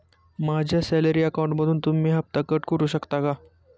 माझ्या सॅलरी अकाउंटमधून तुम्ही हफ्ता कट करू शकता का?